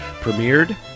premiered